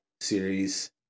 series